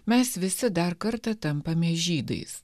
mes visi dar kartą tampame žydais